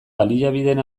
baliabideen